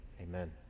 Amen